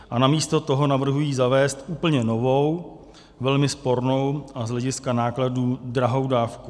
A namísto toho navrhují zavést úplně novou, velmi spornou a z hlediska nákladů drahou dávku.